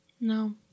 No